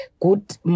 Good